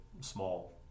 small